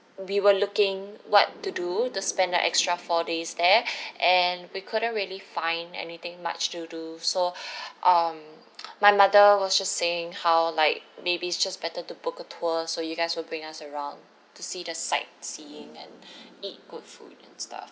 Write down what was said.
we were looking what to do to spend the extra four days there and we couldn't really find anything much to do so um my mother was just saying how like maybe is just better to book a tour so you guys will bring us around to see the sightseeing and eat good food and stuff